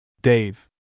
Dave